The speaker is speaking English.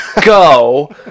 go